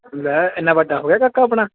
ਲੈ ਇੰਨਾ ਵੱਡਾ ਹੋ ਗਿਆ ਕਾਕਾ ਆਪਣਾ